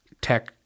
tech